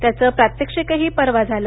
त्याचं प्रत्यक्षिकही परवा झालं